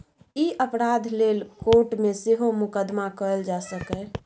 ई अपराध लेल कोर्ट मे सेहो मुकदमा कएल जा सकैए